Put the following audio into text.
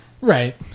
Right